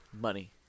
money